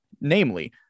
namely